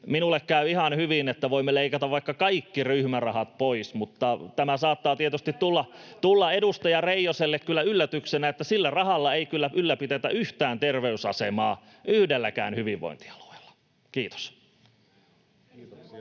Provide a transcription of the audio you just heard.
minulle käy ihan hyvin, että voimme leikata vaikka kaikki ryhmärahat pois, mutta tämä saattaa kyllä tietysti tulla edustaja Reijoselle yllätyksenä, että sillä rahalla ei ylläpidetä yhtään terveysasemaa yhdelläkään hyvinvointialueella. — Kiitos.